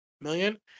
million